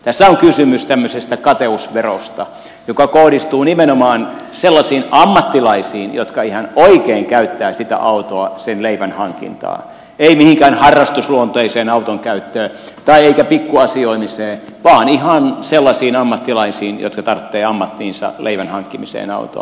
tässä on kysymys tämmöisestä kateusverosta joka kohdistuu nimenomaan sellaisiin ammattilaisiin jotka ihan oikein käyttävät sitä autoa sen leivän hankintaan ei mihinkään harrastusluonteiseen auton käyttöön eikä pikkuasioimiseen vaan tämä kohdistuu ihan sellaisiin ammattilaisiin jotka tarvitsevat ammattiinsa leivän hankkimiseen autoa